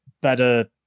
better